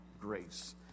grace